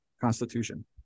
constitution